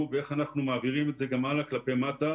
ואיך אנחנו מעבירים את זה גם הלאה כלפי מטה,